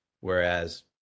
Whereas